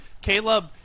Caleb